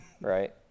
right